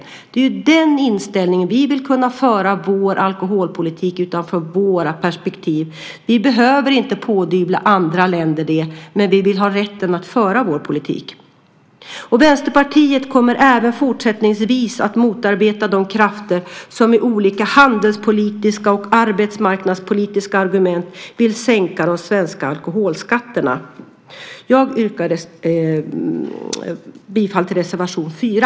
Det är den inställningen som ska gälla. Vi vill kunna föra vår alkoholpolitik utifrån våra perspektiv. Vi behöver inte pådyvla andra länder den, men vi vill ha rätten att föra vår egen politik. Vänsterpartiet kommer även fortsättningsvis att motarbeta de krafter som med olika handelspolitiska och arbetsmarknadspolitiska argument vill sänka de svenska alkoholskatterna. Jag yrkar bifall till reservation 4.